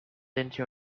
into